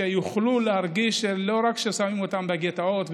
שיוכלו להרגיש שלא רק שמים אותם בגטאות,